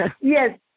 Yes